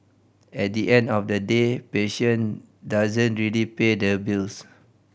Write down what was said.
at the end of the day passion doesn't really pay the bills